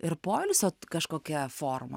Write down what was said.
ir poilsio kažkokia forma